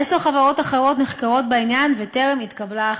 עשר חברות אחרות נחקרות בעניין וטרם התקבלה החלטה.